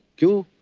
you?